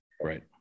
Right